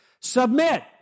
submit